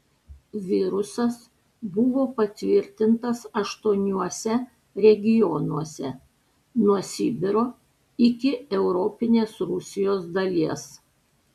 virusas buvo patvirtintas aštuoniuose regionuose nuo sibiro iki europinės rusijos dalies